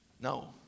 No